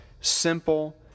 simple